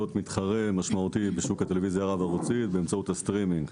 מתחרה משמעותי בשוק הטלוויזיה הרב-ערוצי באמצעות הסטרימינג.